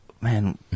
Man